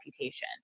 reputation